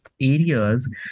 area's